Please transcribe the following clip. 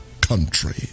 country